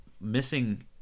missing